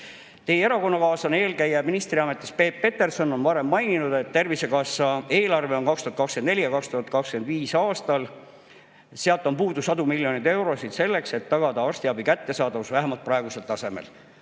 Teie erakonnakaaslane, eelkäija ministriametis, Peep Peterson on varem maininud, et Tervisekassa eelarvest on 2024.–2025. aastal puudu sadu miljoneid eurosid [summast], mis tagaks arstiabi kättesaadavuse vähemalt praegusel tasemel.